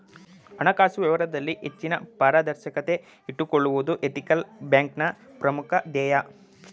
ಹಣಕಾಸು ವ್ಯವಹಾರದಲ್ಲಿ ಹೆಚ್ಚಿನ ಪಾರದರ್ಶಕತೆ ಇಟ್ಟುಕೊಳ್ಳುವುದು ಎಥಿಕಲ್ ಬ್ಯಾಂಕ್ನ ಪ್ರಮುಖ ಧ್ಯೇಯ